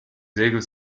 segel